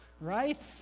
right